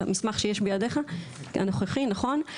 המסמך שיש בידיך, הנוכחי, נכון?